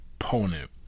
opponent